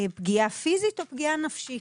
פגיעה פיזית או פגיעה נפשית.